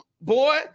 boy